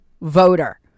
voter